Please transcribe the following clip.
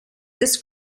this